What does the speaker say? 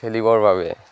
খেলিবৰ বাবে